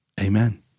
Amen